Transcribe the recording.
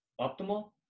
optimal